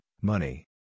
money